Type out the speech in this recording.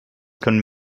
können